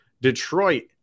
Detroit